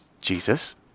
Jesus